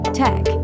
tech